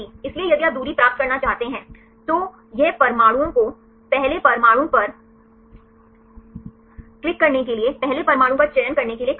इसलिए यदि आप दूरी प्राप्त करना चाहते हैं तो यह परमाणुओं को पहले परमाणु पर क्लिक करने के लिए पहले परमाणु का चयन करने के लिए कहेगा